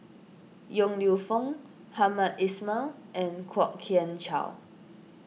Yong Lew Foong Hamed Ismail and Kwok Kian Chow